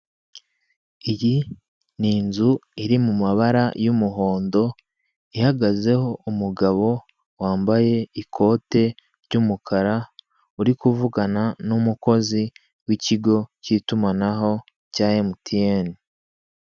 Iyi ni inzu iri mu mabara y'umuhondo ihagazeho umugabo wambaye ikote ry'umukara uri kuvugana n'umukozi w'ikigo k'itumanaho cya MTN.